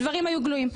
הדברים היו גלויים.